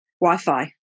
Wi-Fi